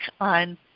on